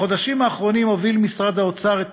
בחודשים האחרונים הוביל משרד האוצר את